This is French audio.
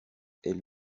elle